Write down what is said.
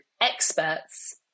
Experts